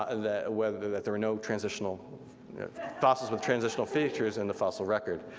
ah that whether that there are no transitional fossils with transitional features in the fossil record,